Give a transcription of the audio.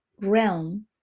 realm